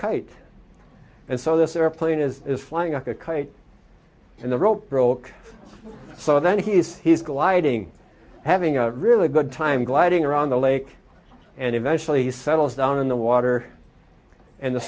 kite and so this airplane is is flying a kite and the rope broke so then he is he's gliding having a really good time gliding around the lake and eventually settles down in the water and the